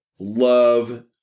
love